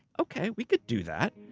okay. we could do that.